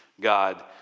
God